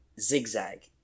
zigzag